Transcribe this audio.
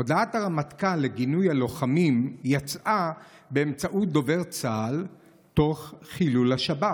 הודעת הרמטכ"ל לגינוי הלוחמים יצאה באמצעות דובר צה"ל תוך חילול השבת.